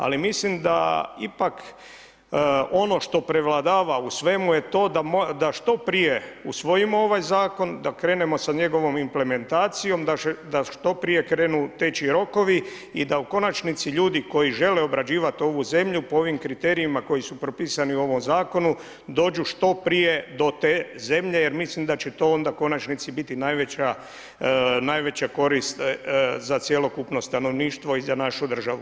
Ali mislim da ipak da ono što prevladava u svemu je to da što prije usvojimo ovaj zakon, da krenemo sa njegovom implementacijom, da što prije krenu teći rokovi i da u konačnici ljudi koji žele obrađivati ovu zemlju po ovim kriterijima koji su propisani u ovom zakonu dođu što prije do te zemlje jer mislim da će to onda u konačnici biti najveća korist za cjelokupno stanovništvo i za našu državu.